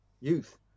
youth